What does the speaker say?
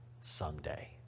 someday